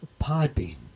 Podbean